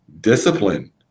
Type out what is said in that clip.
discipline